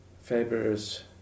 Faber's